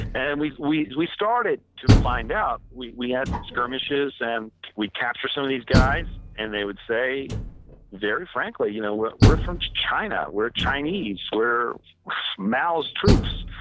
and we we started to find out. we we had skirmishes and we captured some of these guys and they would say very frankly, you know we're we're from china. we're chinese. we're mao's troops.